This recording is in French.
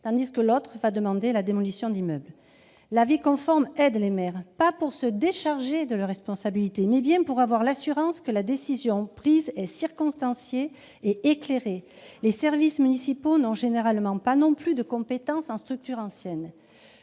tandis que l'autre va demander la démolition de l'immeuble -, l'avis conforme aide les maires, non pas pour se décharger de leurs responsabilités, mais bien pour avoir l'assurance que la décision prise est circonstanciée et éclairée. Les services municipaux n'ont généralement pas, eux non plus, de compétences en structures anciennes.